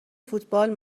فوتبال